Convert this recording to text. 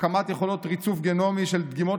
הקמת יכולות ריצוף גנומי של דגימות